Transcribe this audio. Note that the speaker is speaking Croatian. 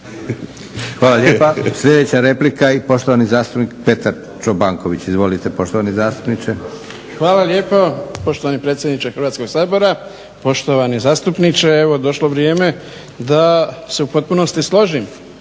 Hvala lijepa. Sljedeća replika i poštovani zastupnik Petar Čobanković. Izvolite poštovani zastupniče. **Čobanković, Petar (HDZ)** Hvala lijepo gospodine predsjedniče Hrvatskog sabora. Poštovani zastupniče, evo došlo je vrijeme da se u potpunosti složim